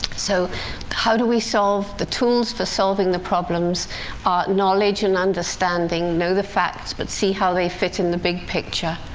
so how do we solve? the tools for solving the problems are knowledge and understanding. know the facts, but see how they fit in the big picture.